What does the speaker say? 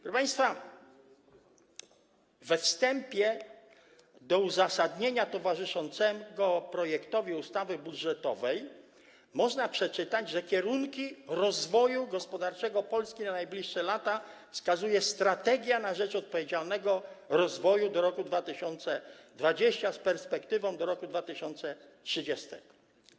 Proszę państwa, we wstępie do uzasadnienia projektu ustawy budżetowej można przeczytać, że kierunki rozwoju gospodarczego Polski na najbliższe lata wskazuje „Strategia na rzecz odpowiedzialnego rozwoju do roku 2020, z perspektywą do roku 2030”